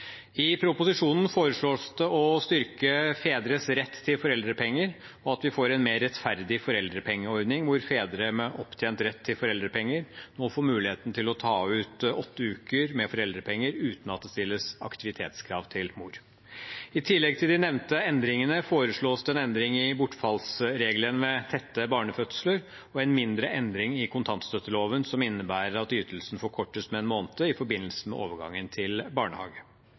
I proposisjonen foreslås det å styrke fedres rett til foreldrepenger og at vi får en mer rettferdig foreldrepengeordning, hvor fedre med opptjent rett til foreldrepenger må få muligheten til å ta ut åtte uker med foreldrepenger uten at det stilles aktivitetskrav til mor. I tillegg til de nevnte endringene foreslås det en endring i bortfallsregelen ved tette barnefødsler og en mindre endring i kontantstøtteloven, som innebærer at ytelsen forkortes med en måned i forbindelse med overgangen til barnehage.